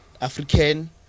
African